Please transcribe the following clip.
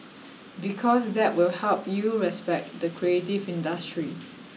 because that will help you respect the creative industry